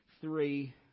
three